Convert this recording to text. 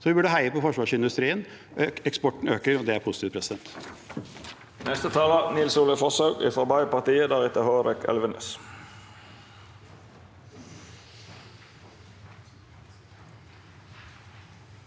Så vi burde heie på forsvarsindustrien. Eksporten øker, og det er positivt. Nils-Ole